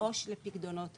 מעו"ש לפקדונות.